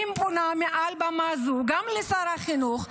אני פונה מעל במה זו גם לשר החינוך,